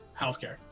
healthcare